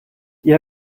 ihr